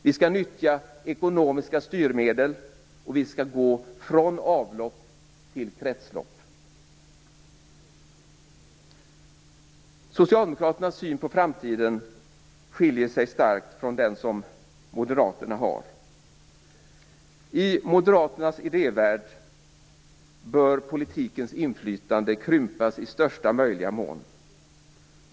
Vi skall nyttja ekonomiska styrmedel, och vi skall gå från avlopp till kretslopp. Socialdemokraternas syn på framtiden skiljer sig starkt från moderaternas. I moderaternas idévärld bör politikens inflytande krympas i största möjliga mån.